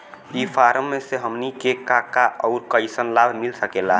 ई कॉमर्स से हमनी के का का अउर कइसन लाभ मिल सकेला?